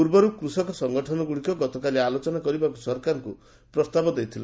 ପୂର୍ବରୁ କୃଷକ ସଙ୍ଗଠନଗୁଡ଼ିକ ଗତକାଲି ଆଲୋଚନା କରିବାକୁ ସରକାରଙ୍କୁ ପ୍ରସ୍ତାବ ଦେଇଥିଲେ